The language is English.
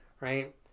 right